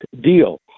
deal